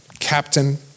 Captain